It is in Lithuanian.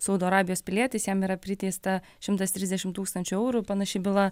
saudo arabijos pilietis jam yra priteista šimtas trisdešimt tūkstančių eurų panaši byla